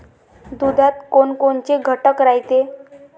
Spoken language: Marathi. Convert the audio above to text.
दुधात कोनकोनचे घटक रायते?